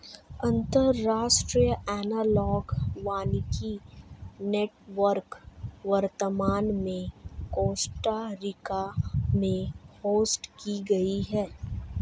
अंतर्राष्ट्रीय एनालॉग वानिकी नेटवर्क वर्तमान में कोस्टा रिका में होस्ट की गयी है